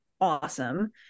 awesome